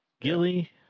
Gilly